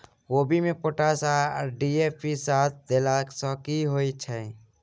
कोबी मे पोटाश आ डी.ए.पी साथ मे देला सऽ की होइ छै?